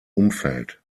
umfeld